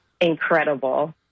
incredible